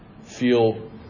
feel